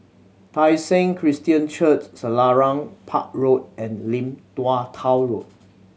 Tai Seng Christian Church Selarang Park Road and Lim Tua Tow Road